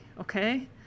okay